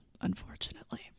unfortunately